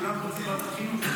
כולם רוצים ועדת חינוך.